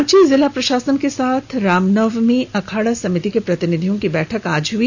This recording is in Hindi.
रांची जिला प्रशासन के साथ रामनवमी अखाड़ा समिति के प्रतिनिधियों की बैठक आज हई